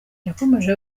yakomeje